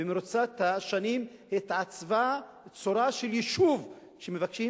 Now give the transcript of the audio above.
במרוצת השנים התעצבה צורה של יישוב שמבקשים